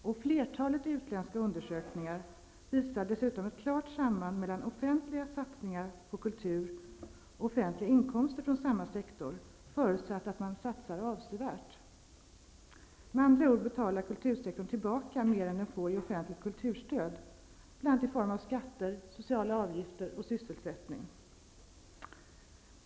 Flertalet utländska undersökningar visar dessutom ett klart samband mellan offentliga satsningar på kultur och offentliga inkomster från samma sektor, förutsatt att man satsar avsevärt. Med andra ord betalar kultursektorn tillbaka mer än den får i offentligt kulturstöd, bl.a. i form av skatter, sociala avgifter och sysselsättning.